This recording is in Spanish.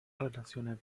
relaciona